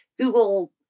Google